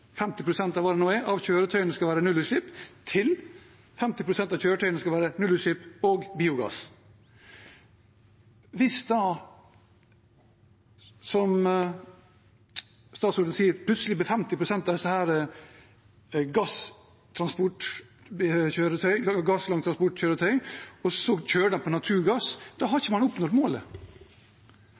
nå er – av kjøretøyene skal være nullutslippskjøretøy, til at 50 pst. av dem skal være nullutslipps- og biogasskjøretøy. Hvis da, som statsråden sier, plutselig 50 pst. blir gasslangtransportkjøretøy, og så kjører de på naturgass, da har man ikke oppnådd målet.